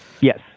Yes